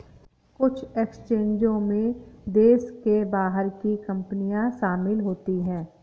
कुछ एक्सचेंजों में देश के बाहर की कंपनियां शामिल होती हैं